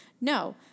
no